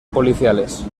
policiales